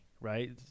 right